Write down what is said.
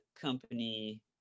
company